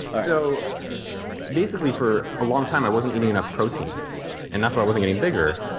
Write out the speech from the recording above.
so basically for a long time i wasn't eating enough protein and that's why i wasn't getting bigger.